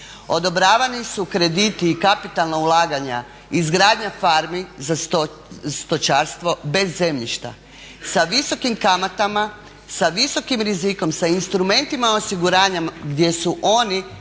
Odobravani su krediti i kapitalna ulaganja, izgradnja farmi za stočarstvo bez zemljišta sa visokim kamatama, sa visokim rizikom, sa instrumentima osiguranja gdje su oni